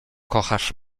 kochasz